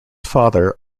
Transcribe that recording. father